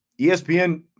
ESPN